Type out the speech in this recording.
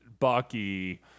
bucky